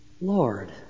Lord